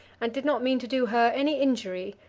and did not mean to do her any injury,